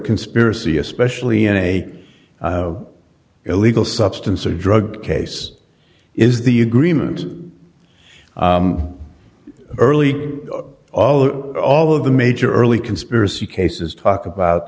conspiracy especially in a illegal substance or drug case is the agreement early oh all of the major early conspiracy cases talk about